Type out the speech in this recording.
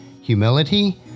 humility